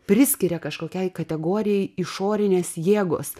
priskiria kažkokiai kategorijai išorinės jėgos